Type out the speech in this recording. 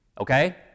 Okay